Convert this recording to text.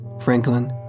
Franklin